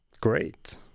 Great